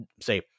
say